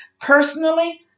personally